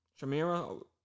Shamira